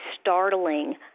startling